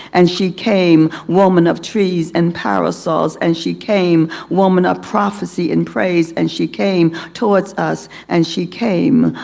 and she came, woman of trees and parasols. and she came, woman of prophecy in praise. and she came, towards us. and she came,